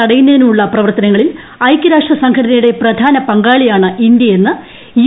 തടയുന്നതിനും ഉള്ള പ്രവർത്തനങ്ങളിൽ ഐകൃരാഷ്ട്ര സംഘടനയുടെ പ്രധാന പങ്കാളിയാണ് ഇന്തൃ എന്ന് യു